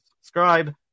subscribe